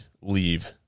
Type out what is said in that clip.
leave